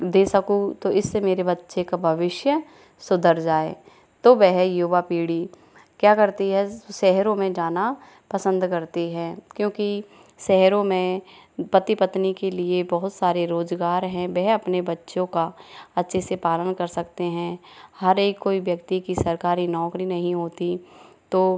दे सकूँ तो इससे मेरे बच्चे का भविष्य सुधर जाए तो वह युवा पीढ़ी क्या करती है शहरों में जाना पसंद करती है क्योंकि शहरों में पति पत्नी के लिये बहुत सारे रोजगार है वह अपने बच्चों का अच्छे से पालन कर सकते हैं हर एक कोई व्यक्ति की सरकारी नौकरी नहीं होती तो